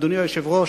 אדוני היושב-ראש,